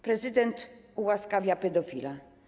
Prezydent ułaskawia pedofila.